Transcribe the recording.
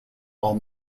while